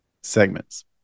segments